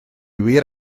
wir